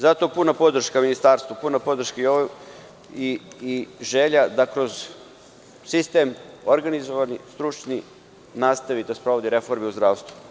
Zato puna podrška Ministarstvu, puna podrška i želja da kroz sistem organizovani, stručni, nastavi da sprovodi reforme u zdravstvu.